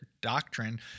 doctrine